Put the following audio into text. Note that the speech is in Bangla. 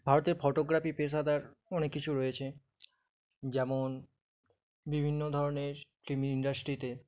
ভারতের ফটোগ্রাফি পেশাদার অনেক কিছু রয়েছে যেমন বিভিন্ন ধরনের ফিল্ম ইন্ডাস্ট্রিতে